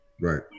Right